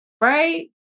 Right